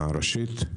ראשית,